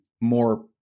more